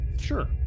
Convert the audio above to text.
sure